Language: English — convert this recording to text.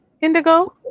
Indigo